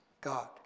God